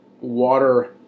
water